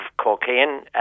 cocaine